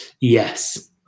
Yes